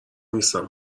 نیستم